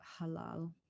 halal